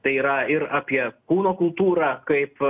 tai yra ir apie kūno kultūrą kaip